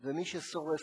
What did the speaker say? ומי ששורף מסגד,